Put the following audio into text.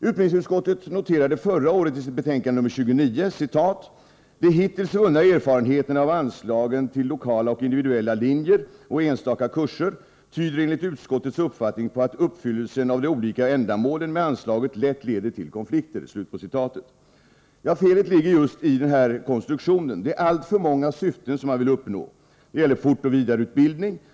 Utbildningsutskottet noterade förra året i sitt betänkande nr 29: ”De hittills vunna erfarenheterna av anslaget Lokala och individuella linjer och enstaka kurser tyder enligt utskottets uppfattning på att uppfyllelsen av de olika ändamålen med anslaget lätt leder till konflikter.” Felet ligger just i konstruktionen; det är alltför många syften som man vill uppnå. Det gäller fortoch vidareutbildning.